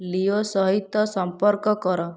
Leo ସହିତ ସମ୍ପର୍କ କର